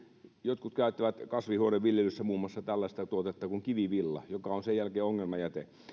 jotkut käyttävät kasvihuoneviljelyssä muun muassa tällaista tuotetta kuin kivivilla joka on sen viljelyn jälkeen ongelmajäte mutta